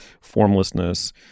formlessness